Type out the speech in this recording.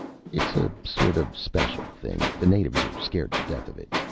it's a sort of special thing. the natives are scared to death of it.